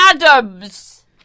Adams